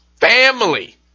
family